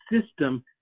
system